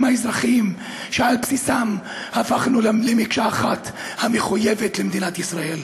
האזרחיים שעל בסיסם הפכנו למקשה אחת המחויבת למדינת ישראל.